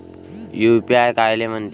UPI कायले म्हनते?